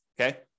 okay